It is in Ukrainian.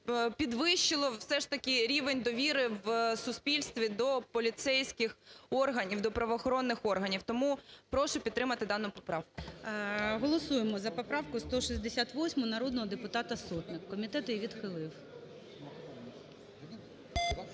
підвищило б все ж таки рівень довіри в суспільстві до поліцейських органів, до правоохоронних органів. Тому прошу підтримати дану поправку. ГОЛОВУЮЧИЙ. Голосуємо за поправку 168 народного депутата Сотник, комітет її відхилив.